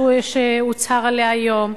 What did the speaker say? שהוצהר עליה היום,